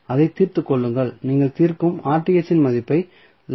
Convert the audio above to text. அதைத் தீர்த்துக் கொள்ளுங்கள் நீங்கள் தீர்க்கும் இன் மதிப்பை 11